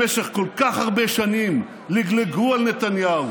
במשך כל כך הרבה שנים לגלגו על נתניהו,